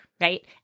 right